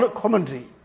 commentary